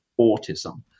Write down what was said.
autism